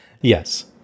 Yes